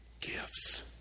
gifts